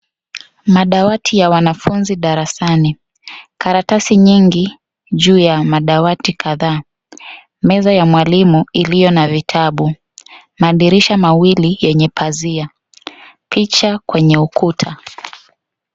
Madawati ya wanafunzi darasani, karatasi nyingi juu ya madawati kadhaa, meza ya mwalimu ilio na vitabu, madirisha mawili yenye pazia, picha kwenye ukuta.